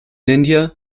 india